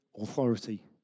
authority